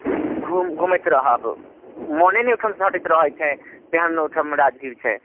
घुम घुमैत रहब मने नहि ओहिठामसँ हटैत रहैत छै तेहन ओहिठाम राजगीर छै